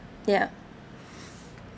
ya